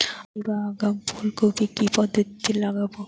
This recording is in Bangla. আর্লি বা আগাম ফুল কপি কি পদ্ধতিতে লাগাবো?